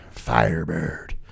Firebird